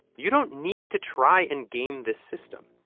you don't need to try and game this system.